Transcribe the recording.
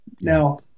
Now